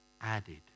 added